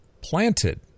planted